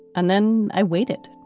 and then i waited